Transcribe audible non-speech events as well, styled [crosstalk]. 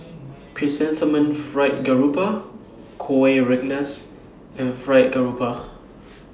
[noise] Chrysanthemum Fried Garoupa Kueh Rengas and Fried Garoupa